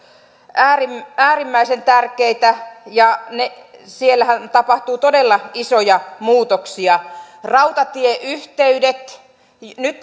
äärimmäisen äärimmäisen tärkeitä ja siellähän tapahtuu todella isoja muutoksia rautatieyhteydet nyt